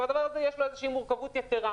לדבר הזה יש מורכבות יתרה.